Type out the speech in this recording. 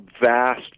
vast